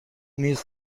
نیز